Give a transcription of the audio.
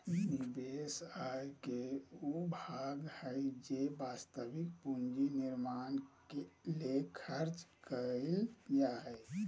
निवेश आय के उ भाग हइ जे वास्तविक पूंजी निर्माण ले खर्च कइल जा हइ